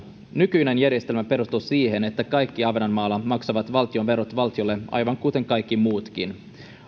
nykyinen järjestelmä perustuu siihen että kaikki ahvenanmaalla maksavat valtionverot valtiolle aivan kuten kaikki muutkin ja